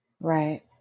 Right